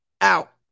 out